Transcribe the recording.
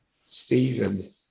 Stephen